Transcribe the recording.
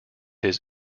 his